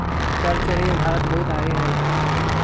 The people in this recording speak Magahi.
कर चोरी में भारत बहुत आगे हई